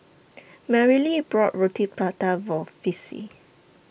Merrily bought Roti Prata For Vicy